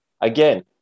Again